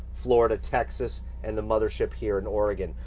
florida, texas and the mothership here in oregon.